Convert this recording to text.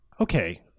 okay